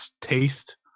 taste